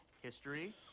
history